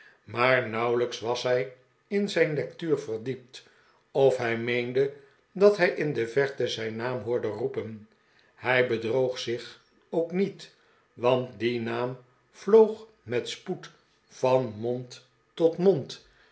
maar nauwelijks was hij in zijn lectuur verdiept of hij meende dat hij in de verte zijn naam hoorde roepen hij bedroog zich ook nietj want die naam vloog met spoed van mond tot mond